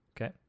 Okay